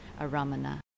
aramana